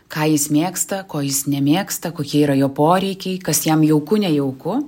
ką jis mėgsta ko jis nemėgsta kokie yra jo poreikiai kas jam jauku nejauku